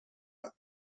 دارم